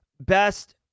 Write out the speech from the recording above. best